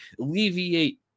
alleviate